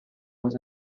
was